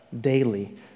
daily